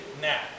now